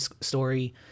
story